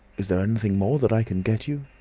is there anything more that i can get you?